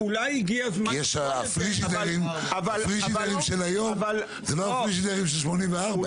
כי הפריג'ידרים של היום הם לא הפריג'ידרים של 84',